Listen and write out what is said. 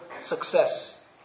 success